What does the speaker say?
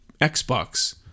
Xbox